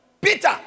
Peter